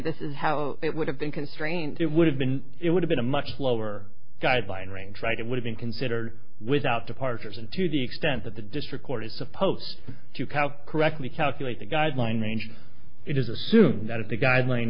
this is how it would have been constrained it would have been it would've been a much lower guideline range right it would have been consider without departures and to the extent that the district court is supposed to count correctly calculate the guideline range it is assumed that the guideline